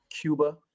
Cuba